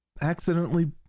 accidentally